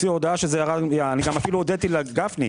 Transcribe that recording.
אני אפילו הודיתי לגפני.